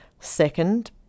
Second